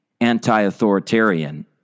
anti-authoritarian